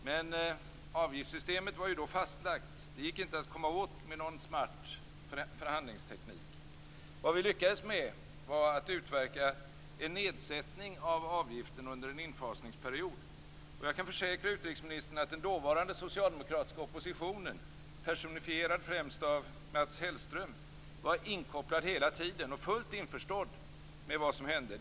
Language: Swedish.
Men avgiftssystemet var då fastlagt och gick inte att komma åt med någon smart förhandlingsteknik. Vad vi lyckades med var att utverka en nedsättning av avgiften under en infasningsperiod, och jag kan försäkra utrikesministern att den dåvarande socialdemokratiska oppositionen - personifierad främst av Mats Hellström - var inkopplad hela tiden och fullt införstådd med vad som hände.